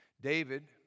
David